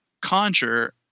conjure